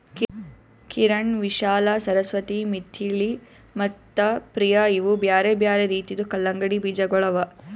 ಕಿರಣ್, ವಿಶಾಲಾ, ಸರಸ್ವತಿ, ಮಿಥಿಳಿ ಮತ್ತ ಪ್ರಿಯ ಇವು ಬ್ಯಾರೆ ಬ್ಯಾರೆ ರೀತಿದು ಕಲಂಗಡಿ ಬೀಜಗೊಳ್ ಅವಾ